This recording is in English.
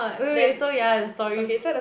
wait wait wait so ya the story